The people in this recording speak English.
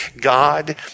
God